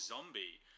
Zombie